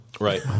Right